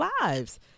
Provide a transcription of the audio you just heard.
lives